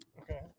Okay